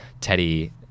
Teddy